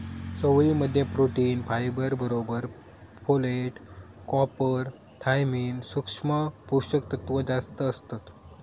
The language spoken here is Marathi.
चवळी मध्ये प्रोटीन, फायबर बरोबर फोलेट, कॉपर, थायमिन, सुक्ष्म पोषक तत्त्व जास्तं असतत